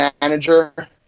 Manager